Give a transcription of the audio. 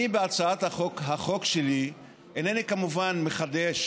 אני בהצעת החוק שלי אינני כמובן מחדש